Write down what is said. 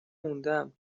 موندم